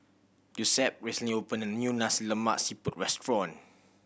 Giuseppe recently opened a new Lemak Siput restaurant